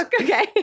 Okay